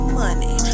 money